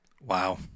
Wow